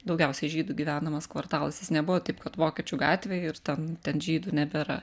daugiausiai žydų gyvenamas kvartalas jis nebuvo taip kad vokiečių gatvė ir ten ten žydų nebėra